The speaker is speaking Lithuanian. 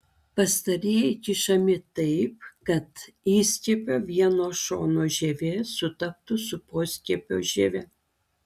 pastarieji kišami taip kad įskiepio vieno šono žievė sutaptų su poskiepio žieve